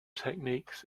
techniques